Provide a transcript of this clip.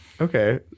Okay